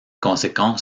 conséquences